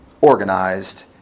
organized